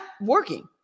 working